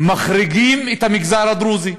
מחריגים את המגזר הדרוזי.